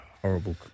Horrible